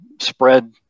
spread